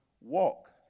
walk